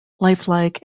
lifelike